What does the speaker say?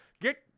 get